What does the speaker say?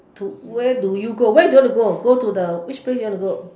do where do you go where do you want to go go to the which place do you want to go